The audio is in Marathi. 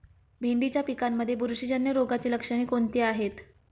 भेंडीच्या पिकांमध्ये बुरशीजन्य रोगाची लक्षणे कोणती आहेत?